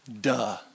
duh